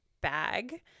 bag